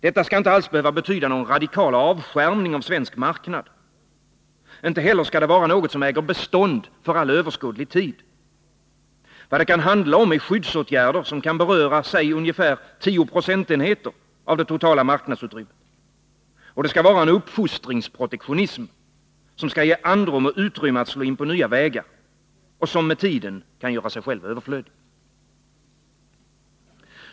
Detta skall inte alls behöva betyda någon radikal avskärmning av svensk marknad. Inte heller skall det vara något som äger bestånd för all överskådlig tid. Vad det kan handla om är skyddsåtgärder, som kan beröra ungefär 10 procentenheter av det totala marknadsutrymmet. Och det skall vara en uppfostringsprotektionism, som skall ge andrum och utrymme och som med tiden kan göra sig själv överflödig.